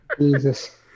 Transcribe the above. Jesus